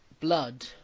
blood